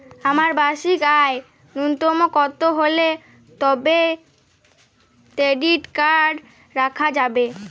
আমার বার্ষিক আয় ন্যুনতম কত হলে তবেই ক্রেডিট কার্ড রাখা যাবে?